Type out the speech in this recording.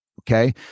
Okay